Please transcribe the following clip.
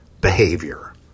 behavior